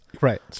Right